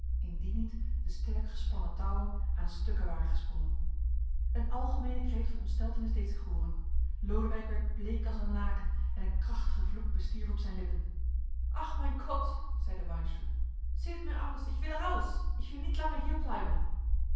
indien niet de sterk gespannen touwen aan stukken waren gesprongen een algemeene kreet van ontsteltenis deed zich hooren lodewijk werd bleek als een laken en een krachtige vloek bestierf op zijn lippen ach mein kot zeide weinstübe set mihr aus ich wil er aus ich wil nicht langer hier